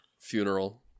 funeral